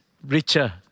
richer